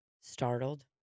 startled